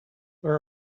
there